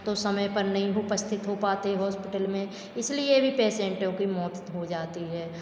तो समय पर नहीं उपस्थित हो पाते हॉस्पिटल में इसलिए भी पेसेंटों की मौत हो जाती है